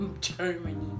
Germany